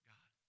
God